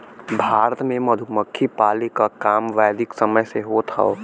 भारत में मधुमक्खी पाले क काम वैदिक समय से होत हौ